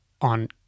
on